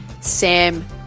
Sam